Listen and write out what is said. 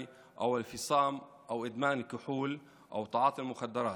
ובהן הפרעה נפשית כמו דיכאון או מאניה-דפרסיה,